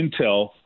intel